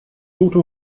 tote